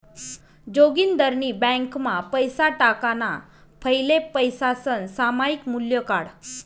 जोगिंदरनी ब्यांकमा पैसा टाकाणा फैले पैसासनं सामायिक मूल्य काढं